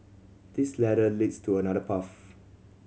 this ladder leads to another path